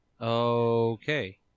Okay